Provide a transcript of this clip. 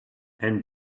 and